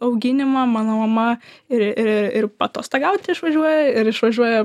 auginimą mano mama ir ir ir paatostogauti išvažiuoja ir išvažiuoja